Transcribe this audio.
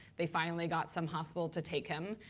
they finally got some hospital to take him.